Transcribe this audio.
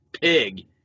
pig